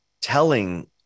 telling